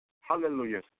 hallelujah